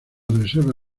reserva